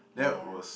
yeah